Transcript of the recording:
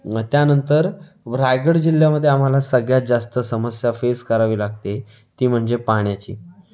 मग त्यांनतर रायगड जिल्ह्यामध्ये आम्हाला सगळ्यात जास्त समस्या फेस करावी लागते ती म्हणजे पाण्याची